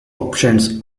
options